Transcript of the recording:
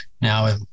Now